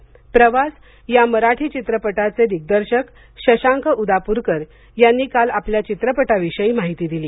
प्रवासया मराठी चित्रपटाचे दिग्दर्शक शशांक उदापूरकर यांनी काल आपल्या चित्रपटाविषयी माहिती दिली